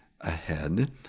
ahead